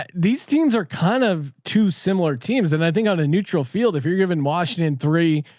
but these teams are kind of two similar teams. and i think on a neutral field, if you're given washington three,